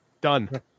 Done